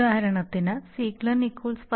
ഉദാഹരണത്തിന് Ziegler Nichols Ziegler Nichols